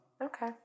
Okay